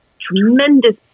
tremendous